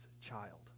child